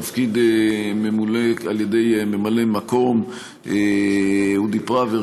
התפקיד ממולא על ידי ממלא המקום אודי פראוור,